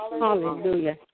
Hallelujah